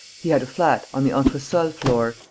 he had a flat, on the entresol-floor,